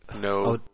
No